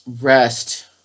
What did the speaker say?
rest